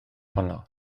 honno